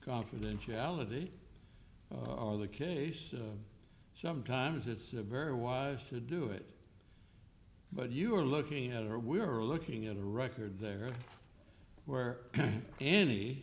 confidentiality or the case sometimes it's a very wise to do it but you are looking at are we are looking at a record there where any